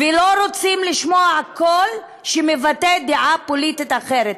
ולא רוצים לשמוע קול שמבטא דעה פוליטית אחרת.